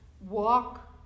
walk